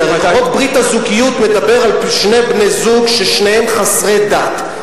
כי הרי חוק ברית הזוגיות מדבר על שני בני-זוג ששניהם חסרי דת,